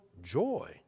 joy